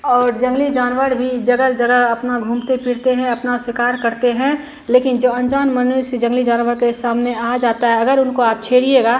और जंगली जानवर भी जगह जगह अपना घूमते फिरते हैं अपना शिकार करते हैं लेकिन जो अनजान मनुष्य जंगली जानवर के सामने आ जाता है अगर उनको आप छेड़िएगा